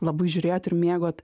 labai žiūrėjot ir mėgot